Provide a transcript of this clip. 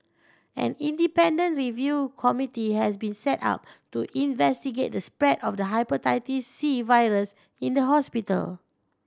an independent review committee has been set up to investigate the spread of the Hepatitis C virus in the hospital